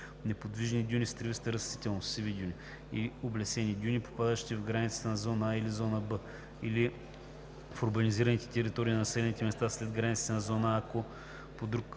неподвижни дюни с тревна растителност (сиви дюни) и облесени дюни, попадащи в границите на зона „А“, зона „Б“ или в урбанизираните територии на населените места след границите на зона „А“, ако по друг